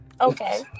Okay